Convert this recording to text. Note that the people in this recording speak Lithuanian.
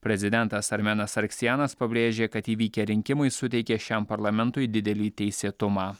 prezidentas armenas arksijanas pabrėžė kad įvykę rinkimai suteikė šiam parlamentui didelį teisėtumą